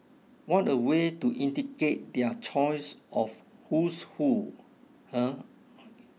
what a way to indicate their choice of who's who eh